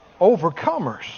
overcomers